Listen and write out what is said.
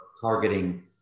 targeting